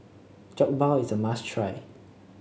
Jokbal is a must try